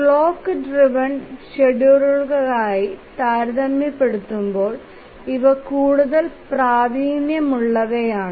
clock driven ഷെഡ്യൂളറുകളുമായി താരതമ്യപ്പെടുത്തുമ്പോൾ ഇവ കൂടുതൽ പ്രാവീണ്യമുള്ളവയാണ്